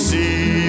See